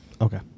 Okay